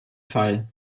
fall